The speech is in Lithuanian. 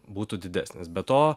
būtų didesnis be to